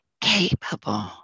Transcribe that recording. capable